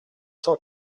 cent